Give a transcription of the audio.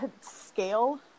scale